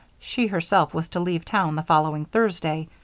she herself was to leave town the following thursday,